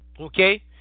Okay